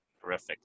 Terrific